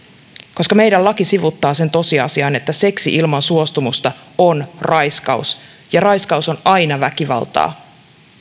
koska meidän lakimme sivuuttaa sen tosiasian että seksi ilman suostumusta on raiskaus ja raiskaus on aina väkivaltaa